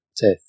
death